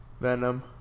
Venom